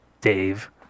Dave